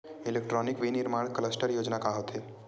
Electronic विनीर्माण cluster योजना का होथे?